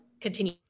continue